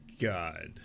god